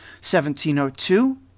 1702